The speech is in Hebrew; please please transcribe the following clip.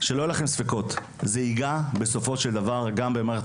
אז שלא יהיו לכם ספקות, זה עתיד לגעת גם במערכת